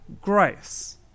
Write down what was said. grace